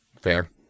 Fair